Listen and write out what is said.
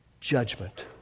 judgment